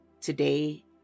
today